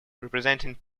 representing